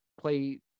play